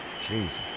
Jesus